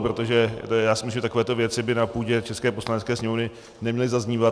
Protože já si myslím, že takovéto věci by na půdě české Poslanecké sněmovny neměly zaznívat.